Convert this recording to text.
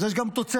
אז יש גם תוצרת.